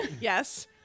yes